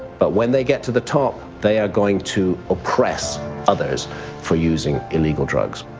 but when they get to the top they are going to oppress others for using illegal drugs.